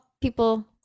people